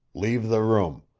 leave the room.